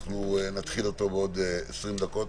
אנחנו נתחיל אותו בעוד 20 דקות.